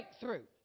breakthrough